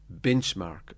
benchmark